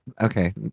Okay